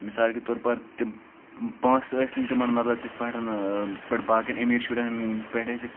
مثال کے طور پر تِم پۄنٛسہٕ ٲسۍ نہٕ تِمَن مطلب تِتھ پٲٹھٮۍ یِتھ پٲٹھۍ باقیَن أمیٖر شُرٮ۪ن پٮ۪ٹھ ٲسِکۍ